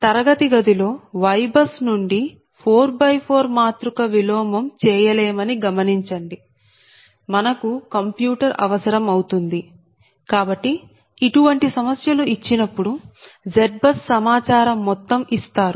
తరగతి గదిలో YBUS నుండి 4 X 4 మాతృక విలోమం చేయలేమని గమనించండి మనకు కంప్యూటర్ అవసరం అవుతుంది కాబట్టి ఇటువంటి సమస్యలు ఇచ్చినప్పుడు ZBUS సమాచారం మొత్తం ఇస్తారు